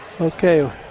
Okay